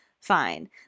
fine